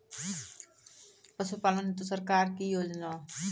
पशुपालन हेतु सरकार की योजना?